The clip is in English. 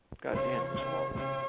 Goddamn